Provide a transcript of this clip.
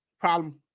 Problem